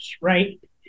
right